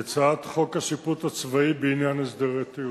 את הצעת חוק השיפוט הצבאי בעניין הסדרי טיעון.